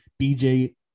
bj